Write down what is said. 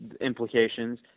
implications